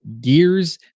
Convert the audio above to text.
Gears